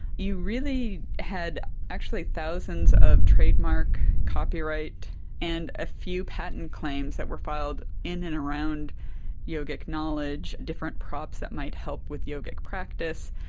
you really had actually thousands of trademark, copyright and a few patent claims that were filed in and around yogic knowledge, different props that might help with yogic practice.